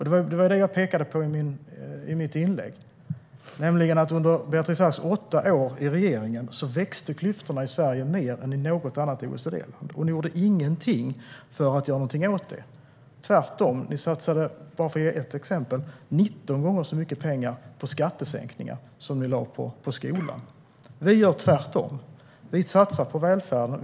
Det var det jag pekade på i mitt inlägg. Under Beatrice Asks åtta år i regeringen växte klyftorna i Sverige mer än i något annat OECD-land, och ni gjorde ingenting åt det - tvärtom. Ni satsade, bara för att ge ett exempel, 19 gånger så mycket pengar på skattesänkningar som ni lade på skolan. Vi gör tvärtom. Vi satsar på välfärden.